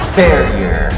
barrier